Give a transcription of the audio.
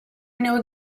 know